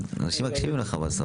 אנשים מקשיבים לך בסוף.